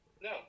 No